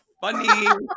funny